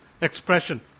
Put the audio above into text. Expression